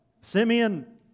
Simeon